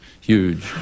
huge